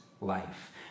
life